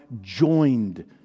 joined